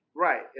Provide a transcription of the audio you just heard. Right